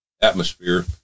atmosphere